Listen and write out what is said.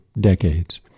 decades